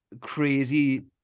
crazy